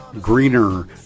greener